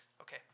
Okay